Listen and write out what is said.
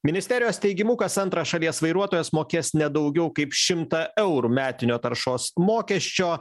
ministerijos teigimu kas antras šalies vairuotojas mokės ne daugiau kaip šimtą eurų metinio taršos mokesčio